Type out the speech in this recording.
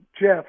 Jeff